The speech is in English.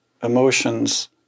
emotions